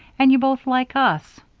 and you both like us.